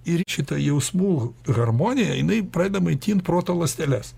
ir šitą jausmų harmonija jinai pradeda maitint proto ląsteles